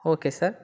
okay sir